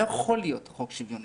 לא יכול להיות חוק שוויוני.